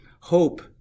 hope